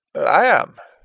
i am,